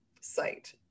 site